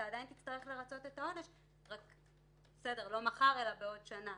ואומרים לו שהוא יצטרך לרצות את העונש לא מחר אלא בעוד שנה.